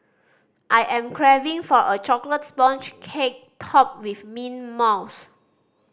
I am craving for a chocolate sponge cake topped with mint mousse